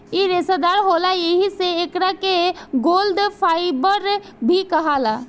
इ रेसादार होला एही से एकरा के गोल्ड फाइबर भी कहाला